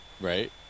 right